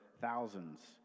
thousands